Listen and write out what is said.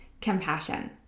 compassion